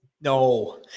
No